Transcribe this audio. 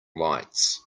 lights